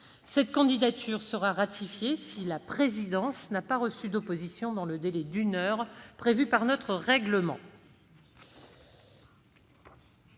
Cette candidature sera ratifiée si la présidence n'a pas reçu d'opposition dans le délai d'une heure prévu par notre règlement.